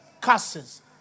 curses